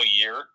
year